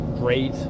great